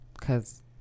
cause